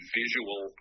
visual